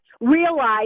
realize